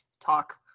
talk